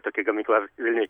tokia gamykla vilniuj